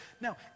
Now